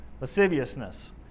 lasciviousness